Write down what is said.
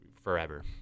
forever